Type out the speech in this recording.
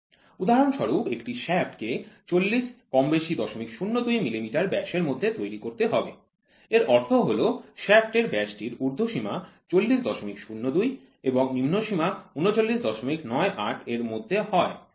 উদাহরণস্বরূপ একটি শ্যাফ্ট কে ৪০ কমবেশি ০০২ মিলিমিটার ব্যাসের মধ্যে তৈরি করতে হবে এর অর্থ হল শ্যাফ্ট এর ব্যাসটির যদি উর্ধ্বসীমা ৪০০২ এবং নিম্নসীমা ৩৯৯৮ এর মধ্যে হয় তাহলে এটি গ্রহণযোগ্য